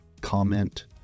comment